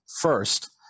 first